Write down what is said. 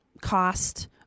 cost